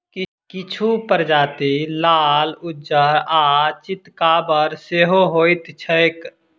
किछु प्रजाति लाल, उज्जर आ चितकाबर सेहो होइत छैक